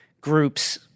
groups